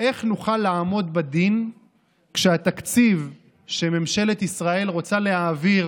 נוכל לעמוד בדין כשהתקציב שממשלת ישראל רוצה להעביר